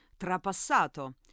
Trapassato